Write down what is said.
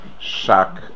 shock